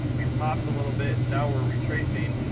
we popped a little bit and now we're retracing,